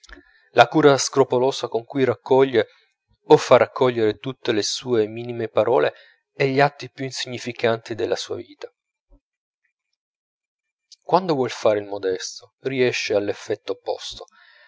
la cura scrupolosa con cui raccoglie o fa raccogliere tutte le sue minime parole e gli atti più insignificanti della sua vita quando vuol fare il modesto riesce all'effetto opposto